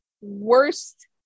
worst